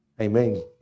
Amen